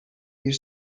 bir